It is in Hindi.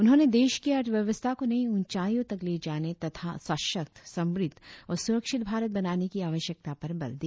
उन्होंने देश की अर्थव्यवस्था को नई उंचाइयों तक ले जाने तथा सशक्त समुद्ध और सुरक्षित भारत बनाने की आवश्यकता पर बल दिया